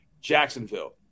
Jacksonville